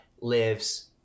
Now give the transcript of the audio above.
lives